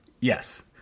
Yes